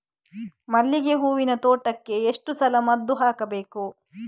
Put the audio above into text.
ಮಲ್ಲಿಗೆ ಹೂವಿನ ತೋಟಕ್ಕೆ ಎಷ್ಟು ಸಲ ಮದ್ದು ಹಾಕಬೇಕು?